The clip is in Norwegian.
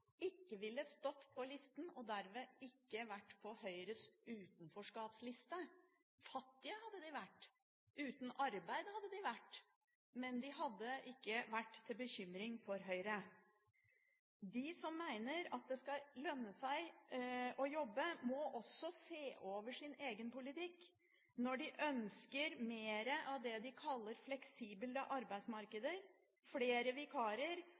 ikke ville stått på listen, og dermed ikke vært på Høyres utenforskapsliste. Fattige hadde de vært, uten arbeid hadde de vært, men de hadde ikke vært til bekymring for Høyre. De som mener at det skal lønne seg å jobbe, må også se over sin egen politikk når de ønsker mer av det de kaller fleksible arbeidsmarkeder, flere vikarer